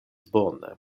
bone